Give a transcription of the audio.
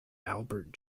albert